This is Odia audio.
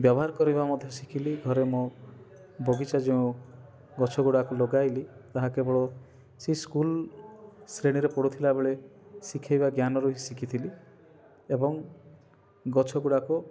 ବ୍ୟବହାର କରିବା ମଧ୍ୟ ମୁଁ ଶିଖିଲି ଘରେ ମୁଁ ବଗିଚା ଯେଉଁ ଗଛ ଗୁଡ଼ାକୁ ଲଗାଇଲି ତାହା କେବଳ ସେ ସ୍କୁଲ୍ ଶ୍ରେଣୀରେ ପଢୁଥିଲା ବେଳେ ଶିଖେଇବା ଜ୍ଞାନରୁ ଶିଖିଥିଲି ଏବଂ ଗଛଗୁଡ଼ାକୁ